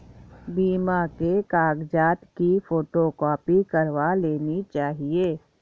बीमा के कागजात की फोटोकॉपी करवा लेनी चाहिए